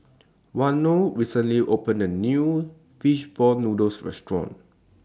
Waino recently opened A New Fish Ball Noodles Restaurant